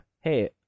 hey